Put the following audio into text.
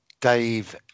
Dave